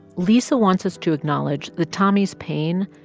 lisa wants us to acknowledge that tommy's pain,